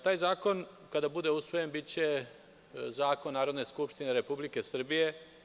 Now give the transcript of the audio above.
Taj zakon, kada bude usvojen, biće zakon Narodne Skupštine Republike Srbije.